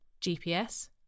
GPS